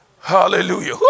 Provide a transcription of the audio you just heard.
Hallelujah